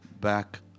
back